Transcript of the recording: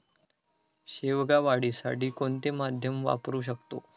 शेवगा वाढीसाठी कोणते माध्यम वापरु शकतो?